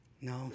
No